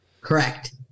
correct